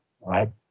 right